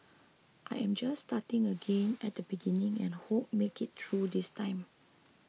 I am just starting again at the beginning and hope to make it through this time